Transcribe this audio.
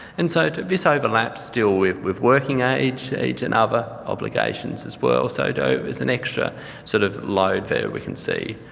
and so this overlaps still with with working age age and other obligations as well. so there is an extra sort of load there we can see.